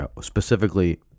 specifically